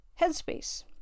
headspace